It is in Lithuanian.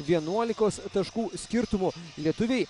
vienuolikos taškų skirtumu lietuviai